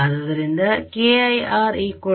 ಆದ್ದುದರಿಂದ ki